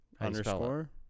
underscore